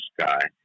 sky